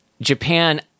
Japan